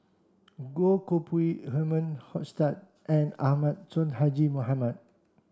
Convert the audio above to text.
Goh Koh Pui Herman Hochstadt and Ahmad Sonhadji Mohamad